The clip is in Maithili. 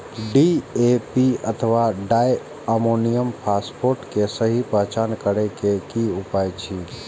डी.ए.पी अथवा डाई अमोनियम फॉसफेट के सहि पहचान करे के कि उपाय अछि?